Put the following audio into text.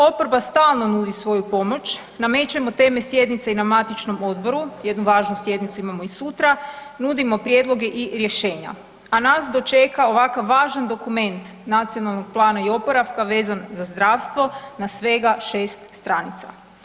Oporba stalno nudi svoju pomoć, namećemo teme sjednice i na matičnom odboru, jednu važnu sjednicu imamo i sutra, nudimo prijedloge i rješenja, a nas dočeka ovako važan dokument Nacionalnog plana i oporavka vezan za zdravstvo na svega šest stranica.